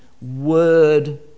word